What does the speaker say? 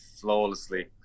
flawlessly